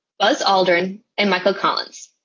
buzz aldrin. and michael collins.